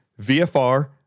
VFR